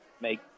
make